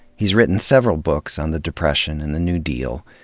he's written several books on the depression and the new deal.